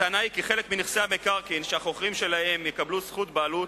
הטענה היא כי חלק מנכסי המקרקעין שהחוכרים שלהם יקבלו זכות בעלות,